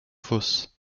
fosse